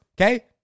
okay